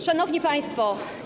Szanowni Państwo!